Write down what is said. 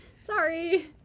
Sorry